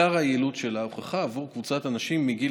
עיקר היעילות שלה הוכחה עבור קבוצת הנשים מגיל